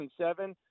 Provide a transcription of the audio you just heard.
seven